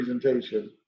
presentation